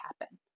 happen